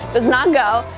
does not go.